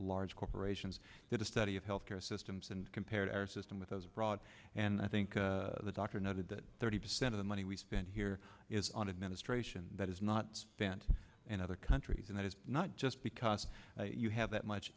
large corporations did a study of health care systems and compare our system with as broad and i think the doctor noted that thirty percent of the money we stand here is on administration that is not stand in other countries and it is not just because you have that much